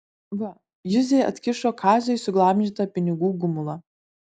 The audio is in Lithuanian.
va juzė atkišo kaziui suglamžytą pinigų gumulą